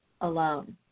alone